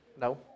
No